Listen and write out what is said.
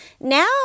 Now